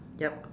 yup